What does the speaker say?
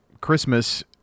Christmas